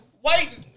white